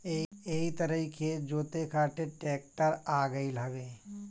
एही तरही खेत जोते खातिर ट्रेक्टर आ गईल हवे